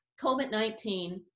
COVID-19